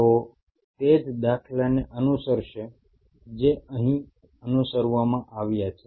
તેઓ તે જ દાખલાને અનુસરશે જે અહીં અનુસરવામાં આવ્યા છે